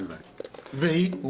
והיא?